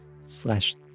slash